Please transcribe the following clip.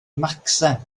macsen